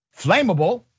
flammable